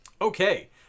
Okay